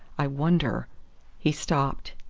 i wonder he stopped.